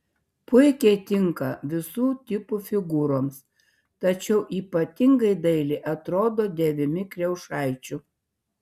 puikiai tinka visų tipų figūroms tačiau ypatingai dailiai atrodo dėvimi kriaušaičių